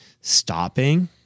stopping